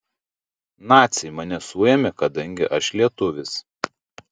naciai mane suėmė kadangi aš lietuvis